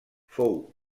fou